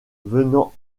venant